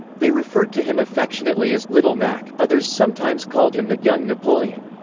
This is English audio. they referred to him affectionately as little mac others sometimes called him the young napoleon.